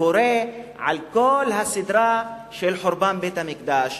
וקורא על כל הסדרה של חורבן בית-המקדש.